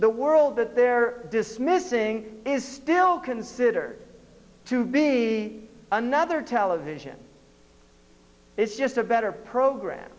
the world that they're dismissing is still considered to be another television it's just a better program